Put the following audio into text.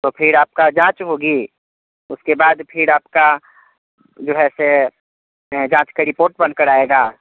तो फिर आपका जाँच होगी उसके बाद फिर आपका जो है से जाँच का रिपोट बन कर आएगा